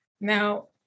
Now